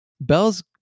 Bell's